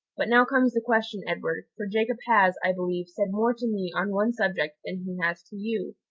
but now comes the question, edward, for jacob has, i believe, said more to me on one subject than he has to you.